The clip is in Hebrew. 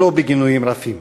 ולא בגינויים רפים.